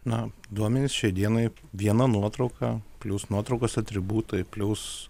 na duomenys šiai dienai viena nuotrauka plius nuotraukos atributai plius